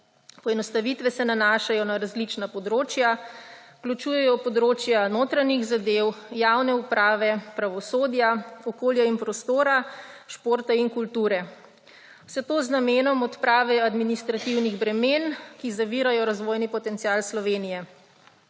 Poenostavitve se nanašajo na različna področja. Vključujejo področja notranjih zadev, javne uprave, pravosodja, okolja in prostora, športa in kulture. Vse to z namenom odprave administrativnih bremen, ki zavirajo razvojni potencial Slovenije.